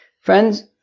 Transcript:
Friends